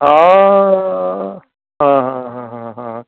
ਹਾਂ ਹਾਂ ਹਾਂ ਹਾਂ ਹਾਂ ਹਾਂ